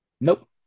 Nope